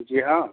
जी हाँ